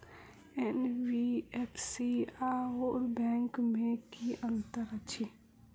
NBFC आओर bank मे की अंतर अछि?